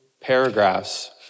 paragraphs